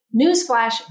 newsflash